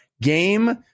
game